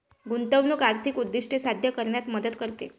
गुंतवणूक आर्थिक उद्दिष्टे साध्य करण्यात मदत करते